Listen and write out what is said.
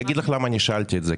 אני אגיד לך למה אני שאלתי את זה,